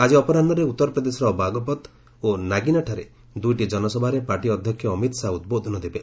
ଆଜି ଅପରାହ୍କରେ ଉତ୍ତର ପ୍ରଦେଶର ବାଘପତ୍ ଓ ନାଗିନାଠାରେ ଦୁଇଟି ଜନସଭାରେ ପାର୍ଟି ଅଧ୍ୟକ୍ଷ ଅମିତ୍ ଶାହା ଉଦ୍ବୋଧନ ଦେବେ